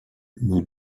nous